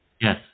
yes